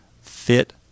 fit